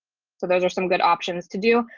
so those are some good options to do.